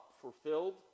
fulfilled